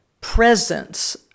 presence